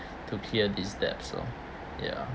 to clear these debts so ya